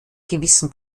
gewissen